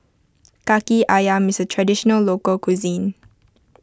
Kaki Ayam is a Traditional Local Cuisine